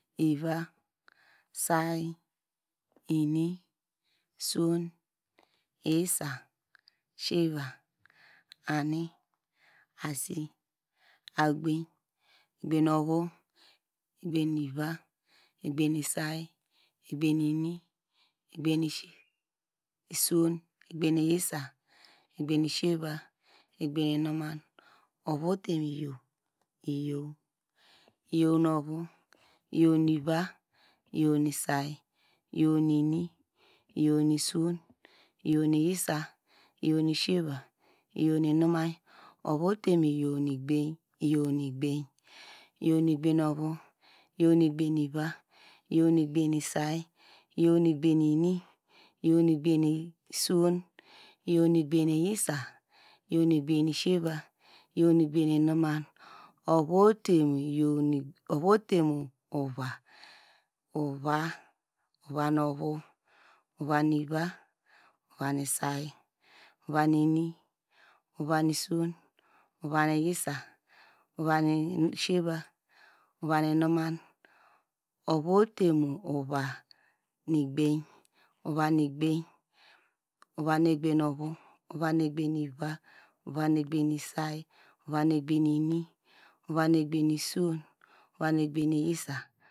Iva, sāy, ini, sūwōn, yisa, siyevā, ani. asi, agbany egbany nu ovu, egbany, ivi, eqbany nu sāy, eqbany nu ini eqbany nu suwon, eqbany nu yisa, eqbany nu siyeva, eqbany nu inumen, ovu ōte mu iyow, iyow, iyow nu ovu iyow nu ivi, iyow nu sáy, iyow nu ini, iyow, nu suwon, iyow nu yisa, iyow nu siyeva iyow nu inuman, ovu óte mu iyow nu igbam, iyow ne igbany, iyow, nu ebany nu ovu, iyow nu eqbany nu ivi iyow nu eqbany nu sāy, iyow nu eqbany nu ini iyow nu eqbany nu suwon iyow eqbany nu yisá iyow nu eqbany nu siyeyá iyow nu eqbany nu inuman ovu ote mu uva, uva nu ovu, uva nu ivi, uva nu sāy, uva nu ini, uva nu suwon, uua nu yisa uva nu siyevá, uva nu inuman, ovu ote mu uva nu eqbany nu ovu, ova nu eqbany nu ivi, uva nu eqbany nu sāy uua nu eqbany nu ini uva nu eqbany nu sūwon uva nu eqbany nu yisa uva nu eqbany nu siyeva uva nu eqbany nu inuman